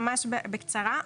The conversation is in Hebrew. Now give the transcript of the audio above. ממש בקצרה.